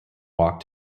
walk